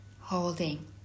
holding